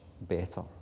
better